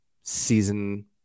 season